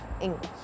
English